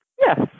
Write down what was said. Yes